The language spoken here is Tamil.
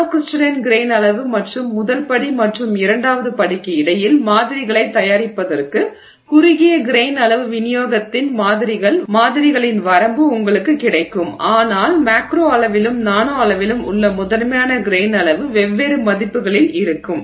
நானோ க்ரிஸ்டலைன் கிரெய்ன் அளவு மற்றும் முதல் படி மற்றும் இரண்டாவது படிக்கு இடையில் மாதிரிகளைத் தயாரிப்பதற்கு குறுகிய கிரெய்ன் அளவு விநியோகத்தின் மாதிரிகளின் வரம்பு உங்களுக்கு கிடைக்கும் ஆனால் மேக்ரோ அளவிலும் நானோ அளவிலும் உள்ள முதன்மையான கிரெய்ன் அளவு வெவ்வேறு மதிப்புகளில் இருக்கும்